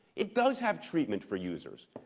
it does have treatment for users.